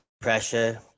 pressure